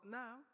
now